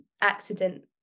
accident